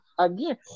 Again